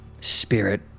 spirit